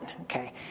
okay